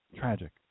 Tragic